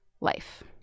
life